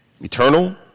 eternal